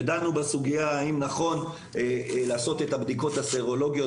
ודנו בסוגיה האם נכון לעשות את הבדיקות הסרולוגיות